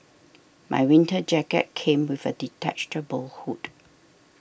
my winter jacket came with a detachable hood